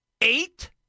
eight